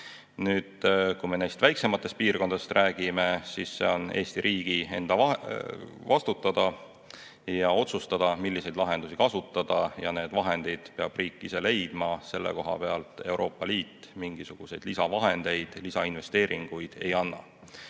Kui me neist väiksematest piirkondadest räägime, siis see on Eesti riigi enda vastutada ja otsustada, milliseid lahendusi kasutada, ja need vahendid peab riik ise leidma. Selle koha pealt Euroopa Liit mingisuguseid lisavahendeid, lisainvesteeringuid ei anna.